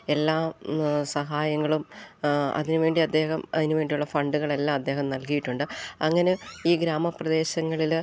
എല്ലാ സഹായങ്ങളും അതിനുവേണ്ടി അദ്ദേഹം അതിനുവേണ്ടിയുള്ള ഫണ്ടുകളെല്ലാം അദ്ദേഹം നൽകിയിട്ടുണ്ട് അങ്ങനെ ഈ ഗ്രാമപ്രദേശങ്ങളില്